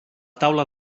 taula